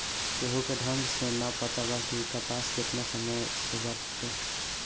केहू के ढंग से ना पता बा कि कपास केतना समय से बाटे